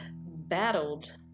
battled